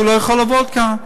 והם לא יכולים לעבוד כאן.